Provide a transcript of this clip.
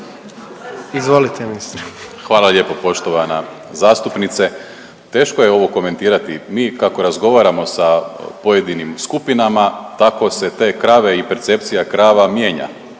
**Primorac, Marko** Hvala lijepo poštovana zastupnice. Teško je ovo komentirati, mi kako razgovaramo sa pojedinim skupinama tako se te krave i percepcija krava mijenja.